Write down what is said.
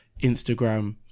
instagram